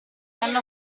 hanno